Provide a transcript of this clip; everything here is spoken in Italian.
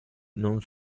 non